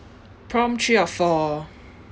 prompt three of four